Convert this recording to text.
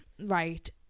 Right